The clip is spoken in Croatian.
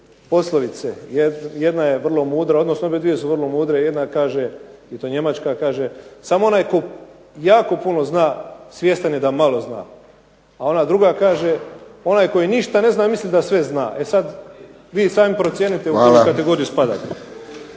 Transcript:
poslovice, jedna je vrlo mudra, zapravo oba dvije su vrlo mudre. Jedna kaže i to njemačka kaže „Samo onaj koji jako puno zna svjestan je da malo zna“ A ona druga kaže, onaj koji ništa ne zna misli da sve zna. E sada vi sami procijenite u koju kategoriju spadate.